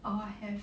oh I have